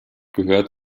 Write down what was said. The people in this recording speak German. gehört